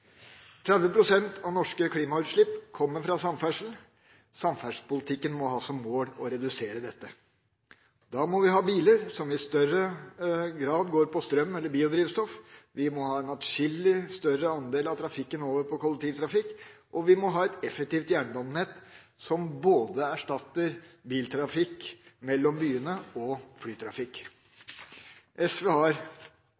av norske klimautslipp kommer fra samferdsel. Samferdselspolitikken må ha som mål å redusere dette. Da må vi ha biler som i større grad går på strøm eller biodrivstoff, vi må ha en atskillig større andel av trafikken over på kollektivtrafikk, og vi må ha et effektivt jernbanenett som erstatter både biltrafikk mellom byene og flytrafikk.